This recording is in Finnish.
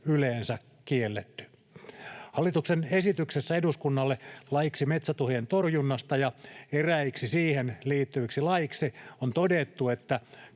yleensä kielletty. Hallituksen esityksessä eduskunnalle laiksi metsätuhojen torjunnasta ja eräiksi siihen liittyviksi laeiksi on todettu, että